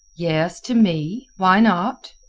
yes, to me. why not?